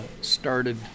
started